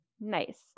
Nice